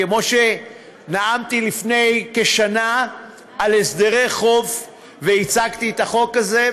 כמו שנאמתי לפני כשנה על הסדרי חוב והצגתי את החוק הזה,